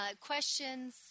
questions